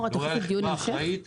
יהיה דיון המשך?